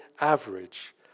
average